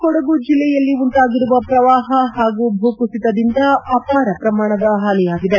ಕೊಡಗು ಜಿಲ್ಲೆಯಲ್ಲಿ ಉಂಟಾಗಿರುವ ಪ್ರವಾಪ ಹಾಗೂ ಭೂ ಕುಸಿತದಿಂದ ಅಪಾರ ಪ್ರಮಾಣದ ಹಾನಿಯಾಗಿದೆ